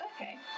Okay